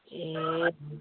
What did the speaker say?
ए